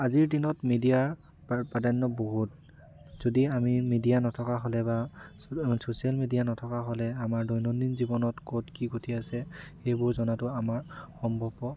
আজিৰ দিনত মিডিয়াৰ প্ৰাধান্য বহুত যদি আমি মিডিয়া নথকা হ'লে বা ছ'চিয়েল মিডিয়া নথকা হ'লে আমাৰ দৈনন্দিন জীৱনত ক'ত কি ঘটি আছে সেইবোৰ জনাতো আমাৰ সম্ভৱপৰ